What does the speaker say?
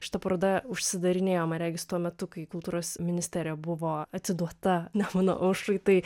šita paroda užsidarinėjo man regis tuo metu kai kultūros ministerija buvo atiduota nemuno aušrai tai